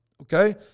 Okay